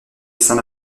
saint